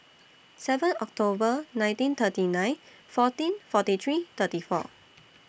seven October nineteen thirty nine fourteen forty three thirty four